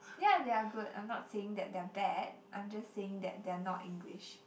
yeah they are good I'm not saying that they're bad I'm just saying that they're not English